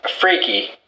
freaky